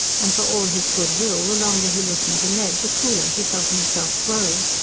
and for all his goodwill, the longer he listened to ned, the cooler he felt himself grow.